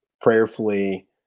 prayerfully